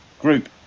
Group